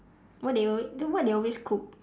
what they alway what they always cook